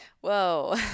whoa